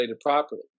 properly